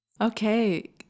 okay